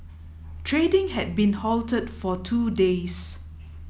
trading had been halted for two days